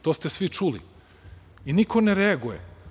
To ste svi čuli i niko ne reaguje.